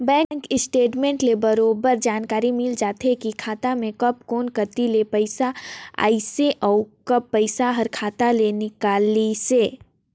bank statement ले बरोबर जानकारी मिल जाथे की खाता मे कब कोन कति ले पइसा आइसे अउ कब पइसा हर खाता ले निकलिसे